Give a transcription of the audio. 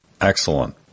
Excellent